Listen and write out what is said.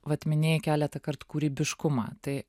vat minėjai keletą kart kūrybiškumą tai